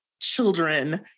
children